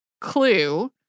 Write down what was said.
Clue